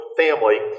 family